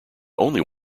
only